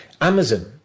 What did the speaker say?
Amazon